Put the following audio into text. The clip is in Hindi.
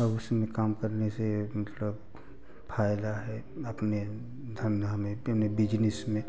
अब उसमें काम करने से मतलब फायदा है अपने धंधा में अपने बिज़नेस में